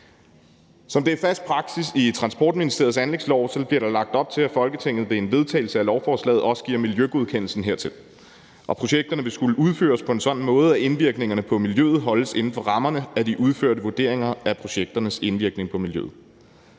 Som det er fast praksis i Transportministeriets anlægslove, bliver der lagt op til, at Folketinget ved en vedtagelse af lovforslaget også giver miljøgodkendelsen hertil, og projekterne vil skulle udføres på en sådan måde, at indvirkningerne på miljøet holdes inden for rammerne af de udførte vurderinger af projekternes indvirkning på miljøet.